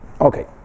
Okay